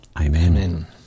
Amen